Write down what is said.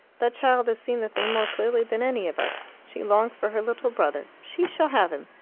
that child has seen the thing more clearly than any of us. she longs for her little brother. she shall have him.